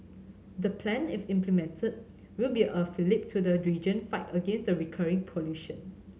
the plan if implemented will be a fillip to the region fight against the recurring pollution